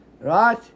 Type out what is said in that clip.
right